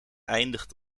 eindigt